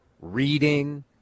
reading